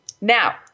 now